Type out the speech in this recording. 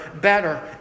better